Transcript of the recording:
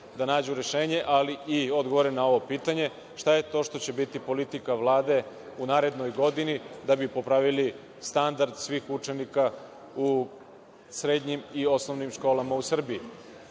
da nađu rešenje, ali i odgovore na ovo pitanje – šta je to što će biti politika Vlade u narednoj godini da bi pravili standard svih učenika u srednjim i osnovnim školama u Srbiji? Drugi